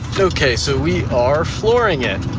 okay, so we are flooring it.